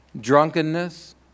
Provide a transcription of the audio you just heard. drunkenness